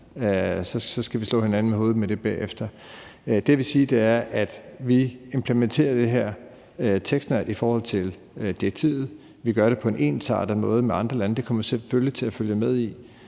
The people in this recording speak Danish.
skal vi slå hinanden i hovedet med det bagefter. Det, jeg vil sige, er, at vi implementerer det her tekstnært i forhold til direktivet. Vi gør det på en ensartet måde med andre lande, og det kommer vi selvfølgelig til at følge med i,